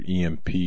EMP